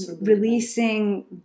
releasing